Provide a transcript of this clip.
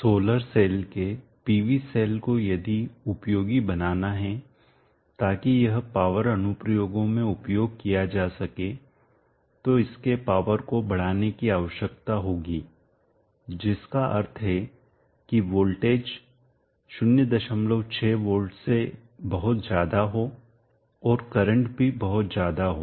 solar cell के PV cells को यदि उपयोगी बनाना है ताकि यह पावर अनुप्रयोगों में उपयोग किया जा सके तो इसके पावर को बढ़ाने की आवश्यकता होगी जिसका अर्थ है कि वोल्टेज 06V से बहुत ज्यादा हो और करंट भी बहुत ज्यादा हो